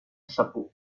chapeau